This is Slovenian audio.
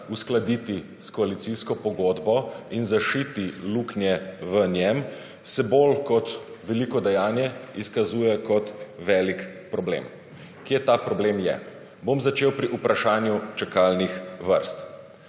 uskladiti s koalicijsko pogodbo in zašiti luknje v njem, se bolj kot veliko dejanje izkazuje kot velik problem. Kje ta problem je? Bom začel pri vprašanju čakalnih vrst.